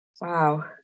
Wow